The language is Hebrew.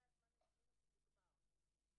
הגיע הזמן לתת מענים ברורים מאוד.